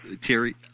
Terry